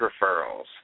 referrals